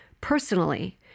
personally